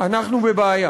אנחנו בבעיה.